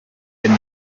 denn